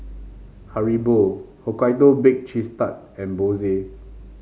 Haribo Hokkaido Baked Cheese Tart and Bose